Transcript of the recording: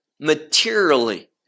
materially